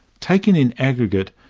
taken in aggregate,